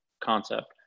concept